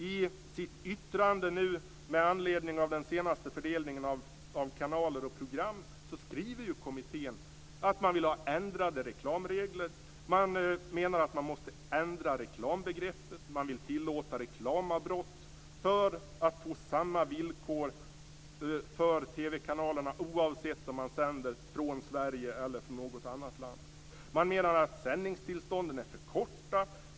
I sitt yttrande med anledningen av den senaste fördelningen av kanaler och program skriver kommittén att man vill ha ändrade reklamregler. Man menar reklambegreppet måste ändras. Man vill tillåta reklamavbrott för att få samma villkor för TV-kanalerna oavsett om de sänder från Sverige eller från något annat land. Man menar att sändningstillstånden är för korta.